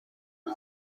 awr